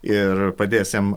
ir padės jam